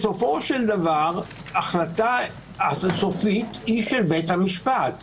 בסופו של דבר החלטה סופית היא של בית המשפט.